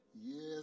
Yes